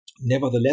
Nevertheless